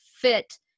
fit